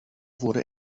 wurde